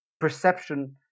perception